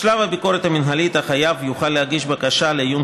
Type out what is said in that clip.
בשלב הביקורת המינהלית החייב יוכל להגיש בקשה לעיון